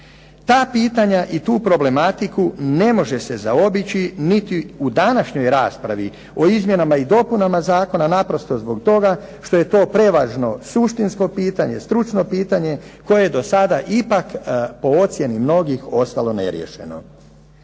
Ta pitanja i tu problematiku ne može se zaobići niti u današnjoj raspravi o izmjenama i dopunama zakona naprosto zbog toga što je to prevažno suštinsko pitanje, stručno pitanje koje je do sada ipak, po ocjeni mnogih, ostalo neriješeno.